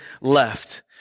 left